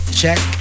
check